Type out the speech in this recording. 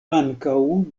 ankaŭ